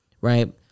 right